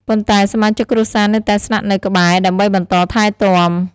ប៉ុន្តែ សមាជិកគ្រួសារនៅតែស្នាក់នៅក្បែរ ដើម្បីបន្តថែទាំ។